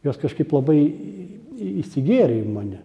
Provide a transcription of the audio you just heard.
jos kažkaip labai įsigėrė į mane